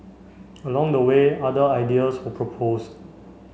along the way other ideas were proposed